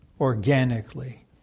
organically